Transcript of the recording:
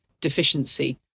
deficiency